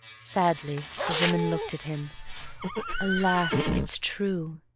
sadly the woman looked at him alas! it's true,